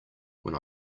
when